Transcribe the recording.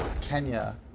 Kenya